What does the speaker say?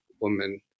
woman